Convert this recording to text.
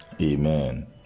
Amen